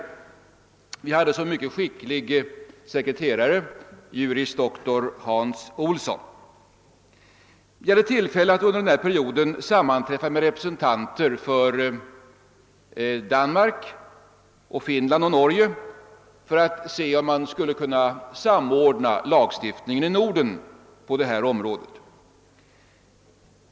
Vi hade som mycket skicklig sekreterare juris doktor Hans Olsson. Vi hade tillfälle att under den perioden sammanträffa med representanter för Danmark, Finland och Norge för att se om man kunde samordna lagstiftningen i Norden på detia område.